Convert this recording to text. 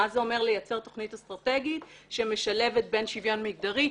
מה זה אומר לייצר תוכנית אסטרטגית שמשלבת בין שוויון מיגדרי,